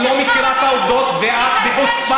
את לא מכירה את העובדות, ואת בחוצפתך,